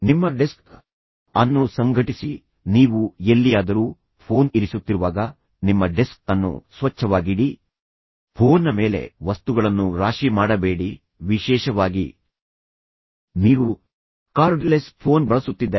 ನಿಮ್ಮ ಡೆಸ್ಕ್ ಅನ್ನು ಸಂಘಟಿಸಿ ನೀವು ಎಲ್ಲಿಯಾದರೂ ಫೋನ್ ಇರಿಸುತ್ತಿರುವಾಗ ನಿಮ್ಮ ಡೆಸ್ಕ್ ಅನ್ನು ಸ್ವಚ್ಛವಾಗಿಡಿ ಫೋನ್ನ ಮೇಲೆ ವಸ್ತುಗಳನ್ನು ರಾಶಿ ಮಾಡಬೇಡಿ ವಿಶೇಷವಾಗಿ ನೀವು ಕಾರ್ಡ್ಲೆಸ್ ಫೋನ್ ಬಳಸುತ್ತಿದ್ದರೆ